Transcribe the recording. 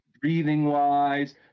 Breathing-wise